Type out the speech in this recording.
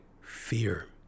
fear